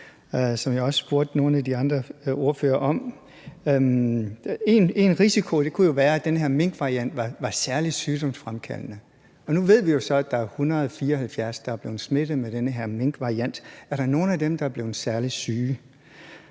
som jeg også spurgte nogle af de andre ordførere om. En risiko kunne jo være, at den her minkvariant var særlig sygdomsfremkaldende. Nu ved vi jo så, at der er 174, der er blevet smittet med den her minkvariant. Er der nogen af dem, der er blevet særlig syge?